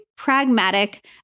pragmatic